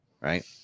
right